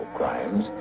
crimes